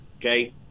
okay